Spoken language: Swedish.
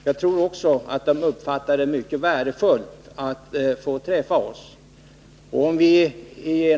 Jag tror också att de tycker att det är mycket värdefullt att få träffa oss i nämnden.